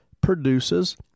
produces